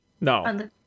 No